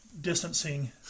distancing